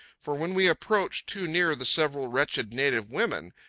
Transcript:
for when we approached too near the several wretched native women,